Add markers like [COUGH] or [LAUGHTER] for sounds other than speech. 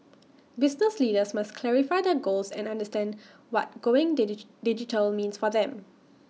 business leaders must clarify their goals and understand what going [UNINTELLIGIBLE] digital means for them